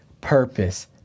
Purpose